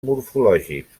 morfològics